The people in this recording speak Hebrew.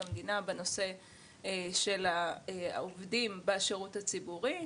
המדינה בנושא של העובדים בשירות הציבורי.